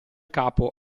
capo